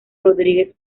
rodríguez